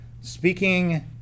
Speaking